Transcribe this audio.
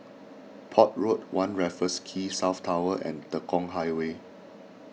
Port Road one Raffles Quay South Tower and Tekong Highway